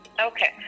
okay